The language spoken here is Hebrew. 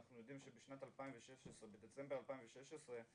אנחנו יודעים שבדצמבר 2016,